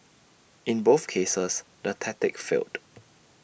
in both cases the tactic failed